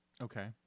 Okay